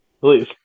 please